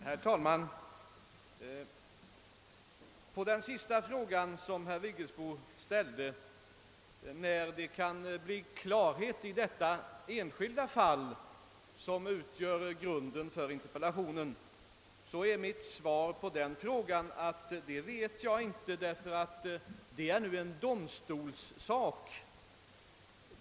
Herr talman! På den fråga som herr Vigelsbo sist ställde — när det kan bli klarhet i det enskilda fall som ligger till grund för interpellationen — är mitt svar att jag inte vet detta. Ärendet är nämligen nu en domstolssak.